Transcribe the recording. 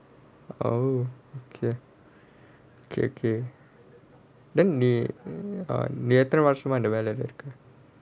oh okay okay okay then நீ நீ எத்தின வருஷமா இந்த வேலைல இருக்க:nee nee etthhina varushamaa intha velaila irukka